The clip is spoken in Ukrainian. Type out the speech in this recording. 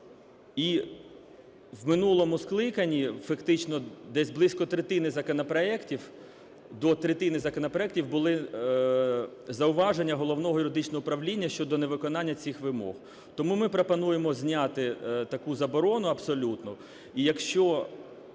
І в минулому скликанні фактично десь близько третини законопроектів, до третини законопроектів були зауваження Головного юридичного управління щодо невиконання цих вимог. Тому ми пропонуємо зняти таку заборону абсолютну.